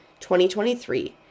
2023